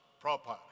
Proper